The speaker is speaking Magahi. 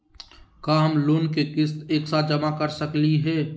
का हम लोन के किस्त एक साथ जमा कर सकली हे?